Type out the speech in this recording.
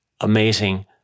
amazing